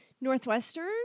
Northwestern